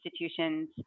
institutions